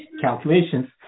calculations